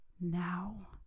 now